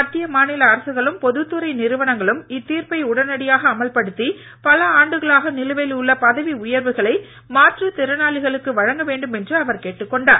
மத்திய மாநில அரசுகளும் பொது துறை நிறுவனங்களும் இத்தீர்ப்பை உடனடியாக அமல்படுத்தி பல ஆண்டுகளாக நிலுவையில் உள்ள பதவி உயர்வுகளை மாற்றுத் திறனாளிகளுக்கு வழங்க வேண்டும் என அவர் கேட்டுக் கொண்டார்